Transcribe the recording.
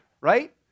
right